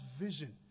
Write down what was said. vision